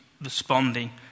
responding